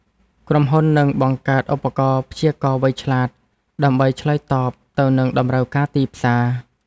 ក្រុមហ៊ុននឹងបង្កើតឧបករណ៍ព្យាករណ៍វៃឆ្លាត ដើម្បីឆ្លើយតបទៅនឹងតម្រូវការទីផ្សារ។